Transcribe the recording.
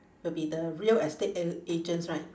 will be the real estate a~ agents right